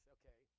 okay